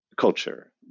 culture